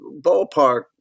ballpark